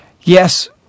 Yes